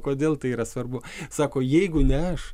kodėl tai yra svarbu sako jeigu ne aš